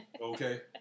Okay